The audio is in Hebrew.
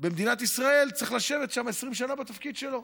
במדינת ישראל צריך לשבת שם 20 שנה בתפקיד שלו.